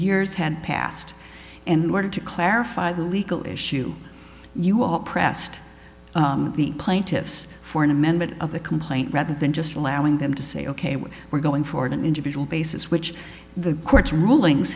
years had passed and were to clarify the legal issue you all pressed the plaintiffs for an amendment of the complaint rather than just allowing them to say ok we were going for an individual basis which the court's rulings